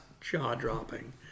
jaw-dropping